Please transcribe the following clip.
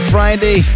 Friday